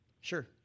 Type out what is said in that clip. sure